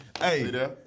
Hey